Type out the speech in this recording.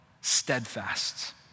Steadfast